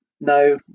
No